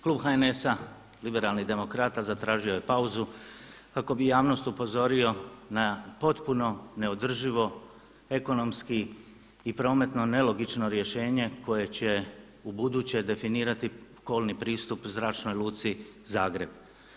Klub HNS-a liberalnih demokrata zatražio je pauzu kako bi javnost upozorio na potpuno ne održivo ekonomski i prometno nelogično rješenje koje će ubuduće definirati kolni pristup Zračnoj luci Zagreb.